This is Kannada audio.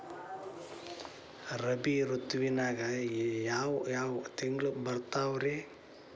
ರಾಬಿ ಋತುವಿನಾಗ ಯಾವ್ ಯಾವ್ ತಿಂಗಳು ಬರ್ತಾವ್ ರೇ?